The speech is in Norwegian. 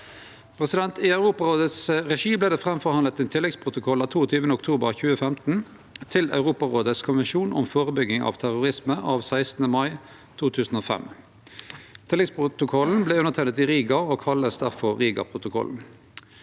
I Europarådets regi vart det framforhandla ein tilleggsprotokoll av 22. oktober 2015 til Europarådets konvensjon om førebygging av terrorisme av 16. mai 2005. Tilleggsprotokollen vart underteikna i Riga og vert difor kalla Rigaprotokollen.